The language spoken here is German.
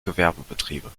gewerbebetriebe